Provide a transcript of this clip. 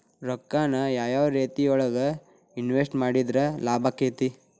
ರೊಕ್ಕಾನ ಯಾವ ಯಾವ ರೇತಿಯೊಳಗ ಇನ್ವೆಸ್ಟ್ ಮಾಡಿದ್ರ ಲಾಭಾಕ್ಕೆತಿ?